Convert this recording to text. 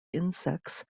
insects